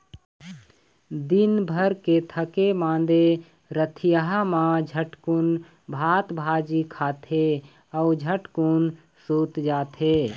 दिनभर के थके मांदे रतिहा मा झटकुन भात सब्जी खाथे अउ झटकुन सूत जाथे